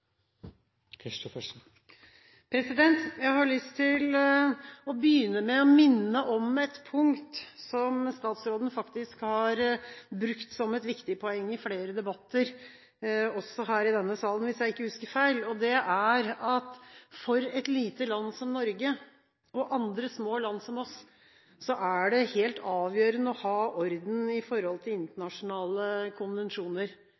innlegg. Jeg har lyst til å begynne med å minne om et punkt som statsråden faktisk har brukt som et viktig poeng i flere debatter, også her i denne salen, hvis jeg ikke husker feil: For et lite land som Norge, og for andre små land som vårt, er det helt avgjørende å ha orden i forholdet til internasjonale konvensjoner.